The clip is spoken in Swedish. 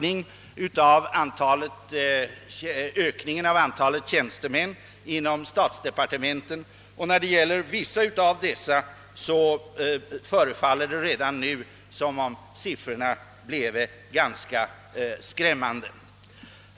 Inom konstitutionsutskottet har vi påbörjat en och för vissa av dem förefaller det redan nu som om siffrorna kommer att " bli ganska skrämmande.